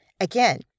Again